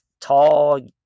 tall